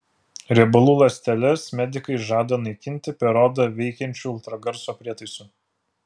riebalų ląsteles medikai žada naikinti per odą veikiančiu ultragarso prietaisu